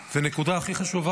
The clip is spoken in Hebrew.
והנקודה הכי חשובה: